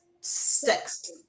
sex